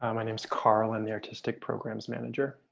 um my name is karl. i'm the artistic programs manager.